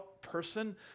person